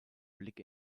blick